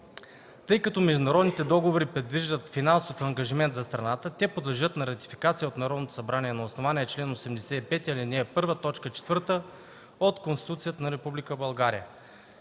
Тъй като международните договори предвиждат финансов ангажимент за страната, те подлежат на ратификация от Народното събрание на основание чл. 85, ал. 1, т. 4 от Конституцията на